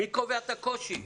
מי קובע את הקושי?